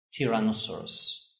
tyrannosaurus